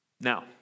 Now